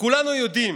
כולנו יודעים